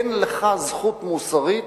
אין לך זכות מוסרית,